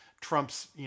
Trump's